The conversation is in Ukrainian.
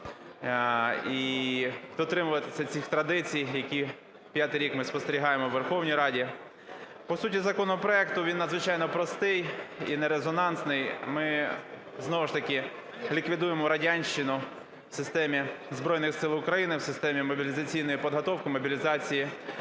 дотримуватися цих традицій, які п'ятий рік ми спостерігаємо у Верховній Раді. По суті законопроекту. Він надзвичайно простий і нерезонансний. Ми знову ж таки ліквідуєморадянщину в системі Збройних Сил України, в системі мобілізаційної підготовки, мобілізації